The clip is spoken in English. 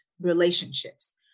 relationships